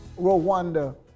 Rwanda